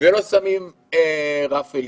ולא שמים רף עליון.